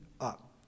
up